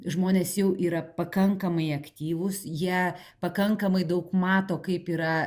žmonės jau yra pakankamai aktyvūs jie pakankamai daug mato kaip yra